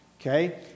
Okay